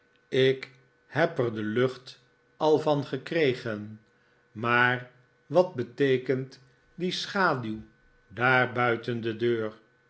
ik heb er de lucht al van nikolaas nickleby gekregen maar wat beteekent die schaduw daar buiten de deur